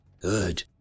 Good